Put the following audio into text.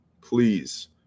Please